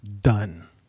done